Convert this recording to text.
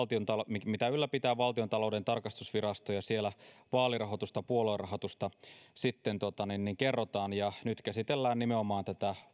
mitä mitä ylläpitää valtiontalouden tarkastusvirasto ja siellä vaalirahoituksesta puoluerahoituksesta kerrotaan ja nyt käsitellään nimenomaan tätä